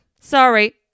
Sorry